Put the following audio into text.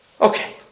Okay